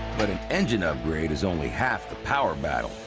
but an engine upgrade is only half the power battle.